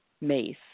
mace